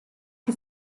che